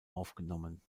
aufgenommen